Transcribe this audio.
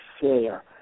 share